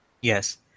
Yes